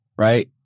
right